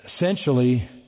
essentially